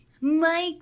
Mike